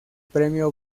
premio